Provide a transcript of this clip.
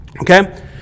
okay